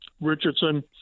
Richardson